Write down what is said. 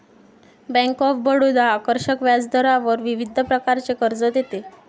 bank of Baroda आकर्षक व्याजदरावर विविध प्रकारचे कर्ज देते